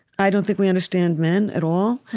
i don't think we understand men at all.